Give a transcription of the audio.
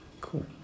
Cool